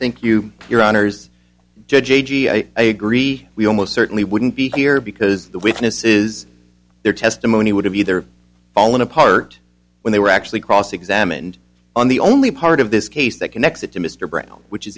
thank you for your honour's i agree we almost certainly wouldn't be here because the witnesses their testimony would have either fallen apart when they were actually cross examined on the only part of this case that connects it to mr brown which is